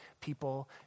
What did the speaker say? people